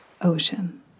ocean